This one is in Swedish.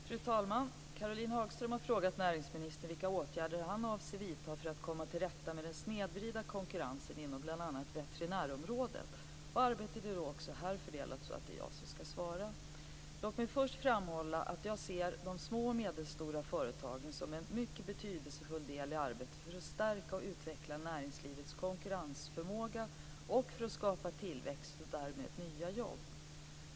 Fru talman! Caroline Hagström har frågat näringsministern vilka åtgärder han avser att vidta för att komma till rätta med den snedvridna konkurrensen inom bl.a. veterinärområdet. Arbetet i regeringen är så fördelat att det är jag som skall svara på interpellationen. Låt mig först framhålla att jag ser de små och medelstora företagen som en mycket betydelsefull del i arbetet för att stärka och utveckla näringslivets konkurrensförmåga och för att skapa tillväxt och därmed nya jobb.